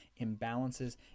imbalances